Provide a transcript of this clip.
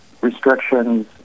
restrictions